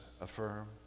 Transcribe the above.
affirm